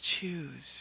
choose